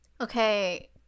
Okay